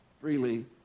Freely